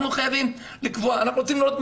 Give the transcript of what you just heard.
אנחנו חייבים לקבוע' אנחנו רוצים לראות את